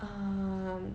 ah